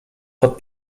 pod